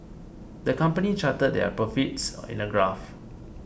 the company charted their profits in a graph